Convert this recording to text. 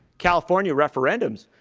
california referendums.